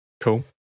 Cool